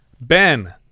Ben